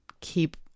keep